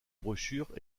brochures